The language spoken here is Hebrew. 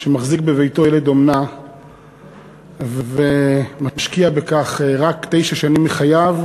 שמחזיק בביתו ילד אומנה ומשקיע בכך רק תשע שנים מחייו,